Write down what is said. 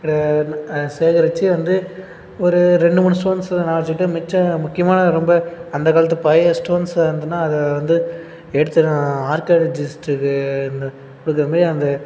சேகரித்து வந்து ஒரு ரெண்டு மூணு ஸ்டோன்ஸை நான் வச்சுக்கிட்டு மிச்ச முக்கியமான ரொம்ப அந்த காலத்து பழைய ஸ்டோன்ஸாக இருந்ததுனா அதை வந்து எடுத்து நான் ஆர்க்யாலிஜிஸ்ட்டுக்கு வந்து கொடுக்குற மாரி அந்த